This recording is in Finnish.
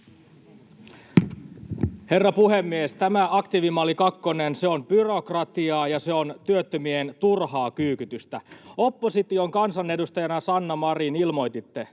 Herra puhemies! Tämä aktiivimalli kakkonen on byrokratiaa, ja se on työttömien turhaa kyykytystä. — Opposition kansanedustajana, Sanna Marin, ilmoititte